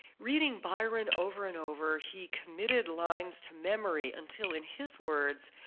reading byron over and over he committed lines to memory until, in his words,